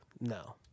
no